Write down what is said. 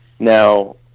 Now